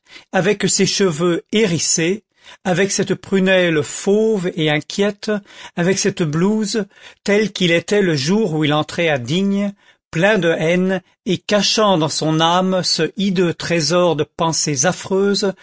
avec ces cheveux hérissés avec cette prunelle fauve et inquiète avec cette blouse tel qu'il était le jour où il entrait à digne plein de haine et cachant dans son âme ce hideux trésor de pensées affreuses